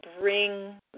bring